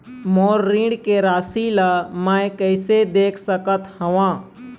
मोर ऋण के राशि ला म कैसे देख सकत हव?